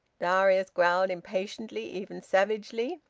darius growled impatiently, even savagely.